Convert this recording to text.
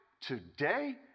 today